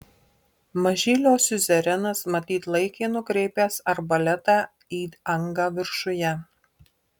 mažylio siuzerenas matyt laikė nukreipęs arbaletą į angą viršuje